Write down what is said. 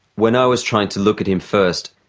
when i was trying to look at him first,